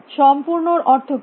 সম্পূর্ণ র অর্থ কী